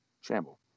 shamble